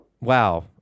wow